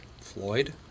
Floyd